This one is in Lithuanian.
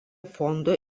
fondo